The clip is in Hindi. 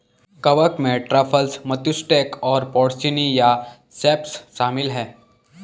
कवक में ट्रफल्स, मत्सुटेक और पोर्सिनी या सेप्स शामिल हैं